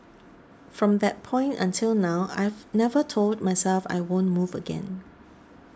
from that point until now I've never told myself I won't move again